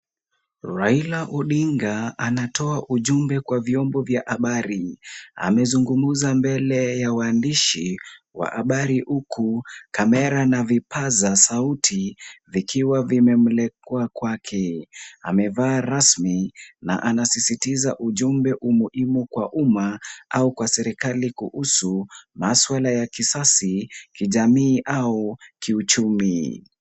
Raila Odinga anatoa ujumbe kwa vyombo vya habari. Amezungumza mbele ya waandishi wa habari huku kamera na vipaza sauti vikiwa vimemulikwa kwake. Amevaa rasmi na anasisitiza ujumbe muhimu kwa umma au kwa serikali kuhusu masuala ya kisiasa, kijamii au kiuchumi.